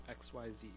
XYZ